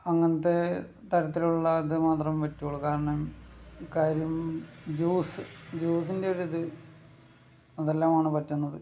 അങ്ങനത്തെ തരത്തിലുള്ള ഇതു മാത്രം പറ്റുകയുള്ളൂ കാരണം കാര്യം ജ്യൂസ് ജ്യൂസിൻ്റെ ഒരു ഇത് അതെല്ലാമാണ് പറ്റുന്നത്